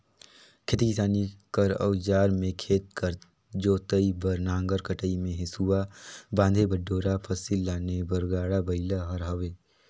खेती किसानी कर अउजार मे खेत कर जोतई बर नांगर, कटई मे हेसुवा, बांधे बर डोरा, फसिल लाने बर गाड़ा बइला हर हवे